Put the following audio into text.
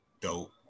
dope